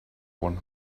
one